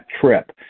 trip